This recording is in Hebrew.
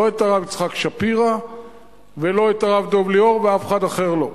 לא את הרב יצחק שפירא ולא את הרב דב ליאור ואף אחד אחר לא.